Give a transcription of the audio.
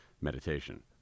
meditation